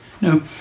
No